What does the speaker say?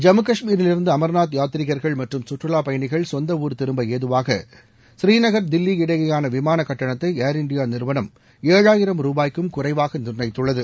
ஜம்மு காஷ்மீரிலிருந்து அமர்நாத் யாத்ரீகர்கள் மற்றும் சுற்றுலாப் பயனிகள் சொந்த ஊர் திரும்ப ஏதுவாக ஸ்ரீநகர் தில்லி இடையேயான விமான கட்டணத்தை ஏர் இண்டியா நிறுவனம் ஏழாயிரம் ரூபாய்க்கும் குறைவாக நிர்ணயித்துள்ளது